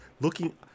looking